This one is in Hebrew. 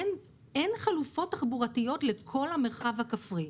אין חלופות תחבורתיות לכל המרחב הכפרי.